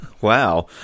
Wow